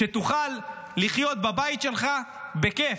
שתוכל לחיות בבית שלך בכיף,